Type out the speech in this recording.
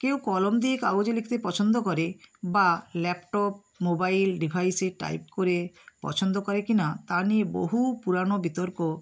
কেউ কলম দিয়ে কাগজে লিখতে পছন্দ করে বা ল্যাপটপ মোবাইল ডিভাইসে টাইপ করে পছন্দ করে কি না তা নিয়ে বহু পুরানো বিতর্ক